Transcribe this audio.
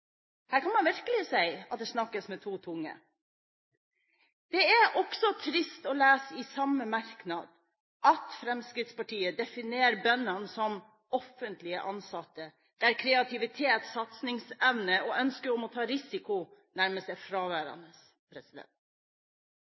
Her kan man virkelig si at det snakkes med to tunger. Det er også trist å lese i samme merknad at Fremskrittspartiet definerer bøndene som offentlig ansatte, der kreativitet, satsingsevne og ønske om å ta risiko nærmest er fraværende.